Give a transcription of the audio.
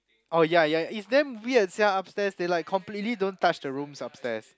orh ya ya it's damn weird sia upstairs they like completely don't touch the rooms upstairs